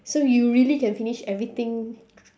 so you really can finish everything